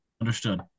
Understood